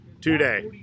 Today